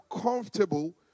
comfortable